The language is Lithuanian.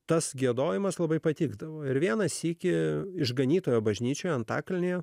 tas giedojimas labai patikdavo ir vieną sykį išganytojo bažnyčioje antakalnyje